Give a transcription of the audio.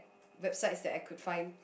websites that I could find